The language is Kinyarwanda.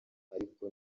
ariko